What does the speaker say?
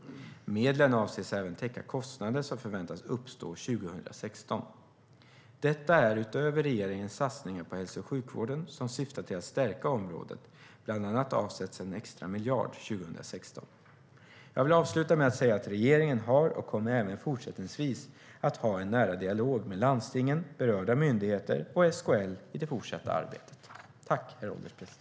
Medlen avses även täcka kostnader som förväntas uppstå 2016. Detta sker utöver regeringens satsningar på hälso och sjukvården som syftar till att stärka området, bland annat avsätts 1 extra miljard 2016. Jag vill avsluta med att säga att regeringen har och kommer även fortsättningsvis att ha en nära dialog med landstingen, berörda myndigheter och SKL i det fortsatta arbetet.